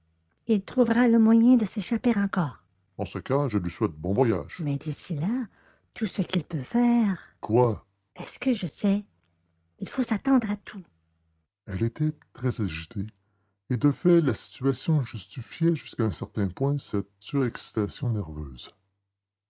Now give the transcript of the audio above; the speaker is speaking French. il trouvera le moyen de s'échapper encore en ce cas je lui souhaite bon voyage mais d'ici là tout ce qu'il peut faire quoi est-ce que je sais il faut s'attendre à tout elle était très agitée et de fait la situation justifiait jusqu'à un certain point cette surexcitation nerveuse